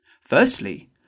Firstly